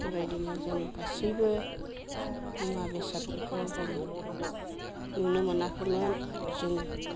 बेबायदिनो जों गासैबो मुवा बेसादफोरखौ जों नुनो मोनाखैमोन जों